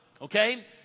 Okay